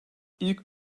i̇lk